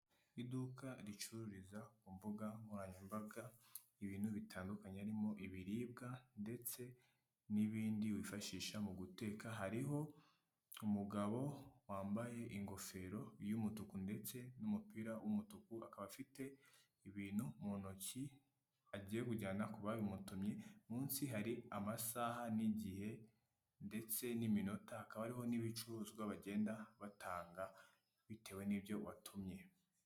Iduka ricururiza ku mbuga nkoranyambaga ibintu bitandukanye, harimo ibiribwa ndetse n'ibindi wifashisha mu guteka, hariho umugabo wambaye ingofero y'umutuku ndetse n'umupira w'umutuku, akaba afite ibintu mu ntoki agiye kujyana ku babimutumye, munsi hari amasaha n'igihe ndetse n'iminota, hakaba hariho n'ibicuruzwa bagenda batanga bitewe n'ibyo watumye.